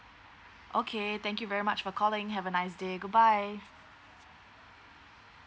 okay thank you very much for calling have a nice day goodbye